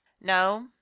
No